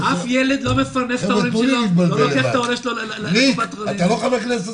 אף ילד לא מפרנס את ההורים שלו --- אתה לא חבר כנסת,